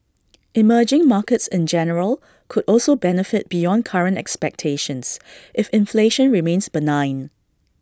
emerging markets in general could also benefit beyond current expectations if inflation remains benign